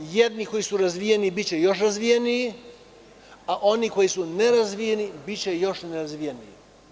Oni koji su razvijeni biće još razvijeniji, a oni koji su nerazvijeni biće još nerazvijeniji.